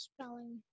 spelling